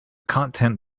content